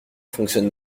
fonctionne